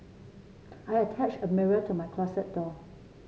I attach a mirror to my closet door